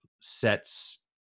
sets